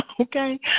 okay